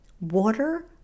water